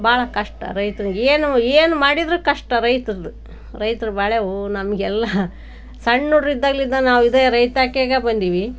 ಭಾಳ ಕಷ್ಟ ರೈತ್ರಿಗೆ ಏನು ಏನು ಮಾಡಿದರೂ ಕಷ್ಟ ರೈತ್ರದ್ದು ರೈತರ ಬಾಳೇವು ನಮಗೆಲ್ಲ ಸಣ್ಣಹುಡುಗ್ರಿದ್ದಾಗ್ಲಿಂದ ನಾವು ಇದೇ ರೈತಾಕೆಗೆ ಬಂದೀವಿ